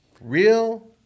real